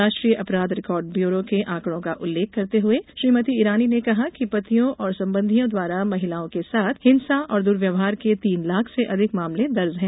राष्ट्रीय अपराध record bureau के आंकड़ों का उल्लेख करते हुए श्रीमती ईरानी ने कहा कि पतियों और संबंधियों द्वारा महिलाओं के साथ हिंसा और दुर्व्यवहार के तीन लाख से अधिक मामले दर्ज हैं